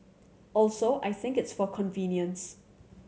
also I think it's for convenience